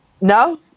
No